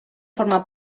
forma